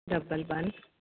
double one